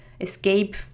escape